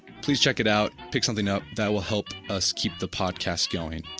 please check it out, pick something up, that will help us keep the podcast going.